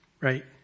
right